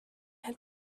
had